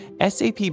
SAP